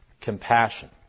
compassion